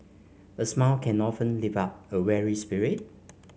a smile can often lift up a weary spirit